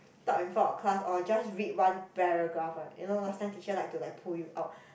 talk in front of class or just read one paragraph right you know last time teacher like to like pull you out